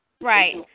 Right